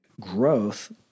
growth